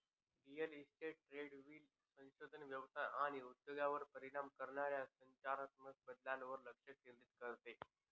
real estate ट्रेंडवरील संशोधन व्यवसाय आणि उद्योगावर परिणाम करणाऱ्या संरचनात्मक बदलांवर लक्ष केंद्रित करते